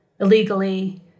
illegally